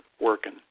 working